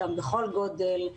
גם בכל גודל,